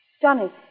Johnny